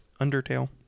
Undertale